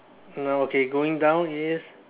now okay going down is